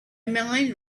mind